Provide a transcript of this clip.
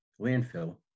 landfill